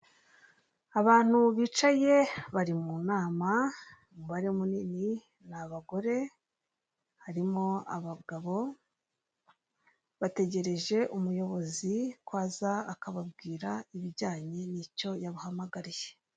Abantu bicaye bari mu nama umubare munini ni abagore, harimo abagabo. Bategereje umuyobozi ko aza akababwira ibijyanye n'icyo yabahamagariye.